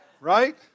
Right